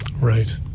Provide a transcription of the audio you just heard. right